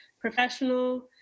professional